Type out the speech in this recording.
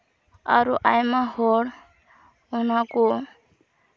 ᱟᱨᱚ ᱟᱭᱢᱟ ᱦᱚᱲ ᱚᱱᱟᱠᱚ